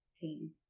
team